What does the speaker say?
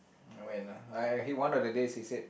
no when ah I he want on the day he said